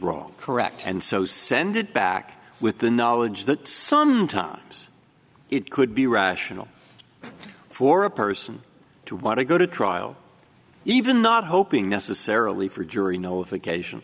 wrong correct and so send it back with the knowledge that sometimes it could be rational for a person to want to go to trial even not hoping necessarily for jury nullification